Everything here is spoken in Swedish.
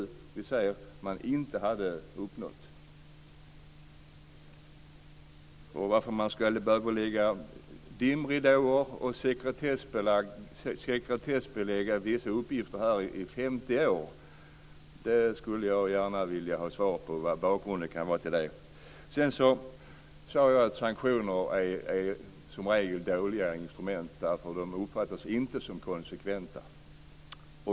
Av vilka skäl man ljög vet jag inte. Varför man ska börja lägga ut dimridåer och sekretessbelägga vissa uppgifter i 50 år är något som jag gärna skulle vilja få svar på. Sedan sade jag att sanktioner som regel är dåliga instrument, därför att de inte uppfattas som konsekventa.